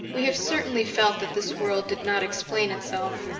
we have certainly felt that this world did not explain itself,